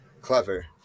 clever